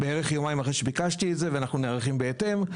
בערך יומיים אחרי שביקשתי את זה ואנחנו נערכים בהתאם,